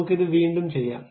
നമുക്ക് ഇത് വീണ്ടും ചെയ്യാം